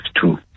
two